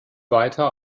weiter